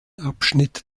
abschnitt